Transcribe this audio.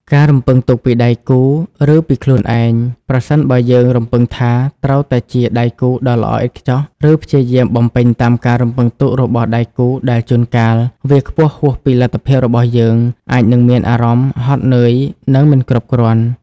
ការរំពឹងទុកពីដៃគូ ឬពីខ្លួនឯងប្រសិនបើយើងរំពឹងថាត្រូវតែជា "ដៃគូដ៏ល្អឥតខ្ចោះ" ឬព្យាយាមបំពេញតាមការរំពឹងទុករបស់ដៃគូដែលជួនកាលវាខ្ពស់ហួសពីលទ្ធភាពរបស់យើង អាចនឹងមានអារម្មណ៍ហត់នឿយ និងមិនគ្រប់គ្រាន់។